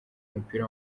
mupira